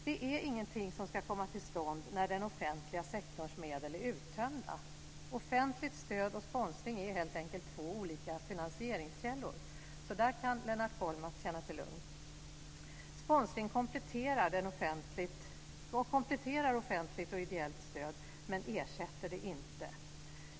Det är ingenting som ska komma till stånd när den offentliga sektorns medel är uttömda. Offentligt stöd och sponsring är helt enkelt två olika finansieringskällor. Där kan Lennart Kollmats känna sig lugn. Sponsring kompletterar offentligt och ideellt stöd, men ersätter det inte.